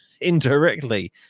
indirectly